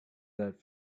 that